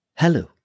Hello